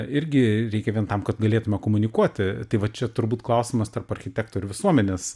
irgi reikia vien tam kad galėtume komunikuoti tai va čia turbūt klausimas tarp architektų ir visuomenės